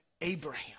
Abraham